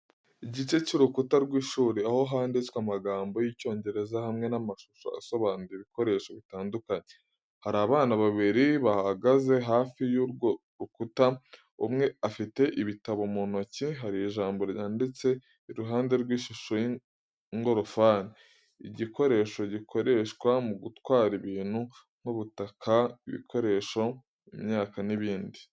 Igice cy’urukuta rw’ishuri aho handitswe amagambo y’Icyongereza hamwe n’amashusho asobanura ibikoresho bitandukanye. Hari n’abana babiri bahagaze hafi y’urwo rukuta, umwe afite ibitabo mu ntoki. Hari ijambo ryanditse iruhande rw’ishusho y’ingorofani, igikoresho gikoreshwa mu gutwara ibintu nk’ubutaka, ibikoresho, imyaka n’ibindi.